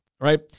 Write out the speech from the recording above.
right